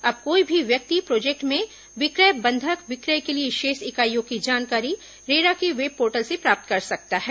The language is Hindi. अब कोई भी व्यक्ति प्रोजेक्ट में विक्रय बंधक विक्रय के लिए शेष इकाईयों की जानकारी रेरा के वेब पोर्टल से प्राप्त कर सकता है